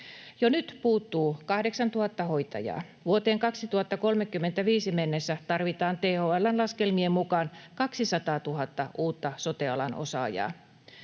Jo nyt puuttuu 8 000 hoitajaa. Vuoteen 2035 mennessä tarvitaan THL:n laskelmien mukaan 200 000 uutta sote-alan osaajaa.